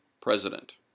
President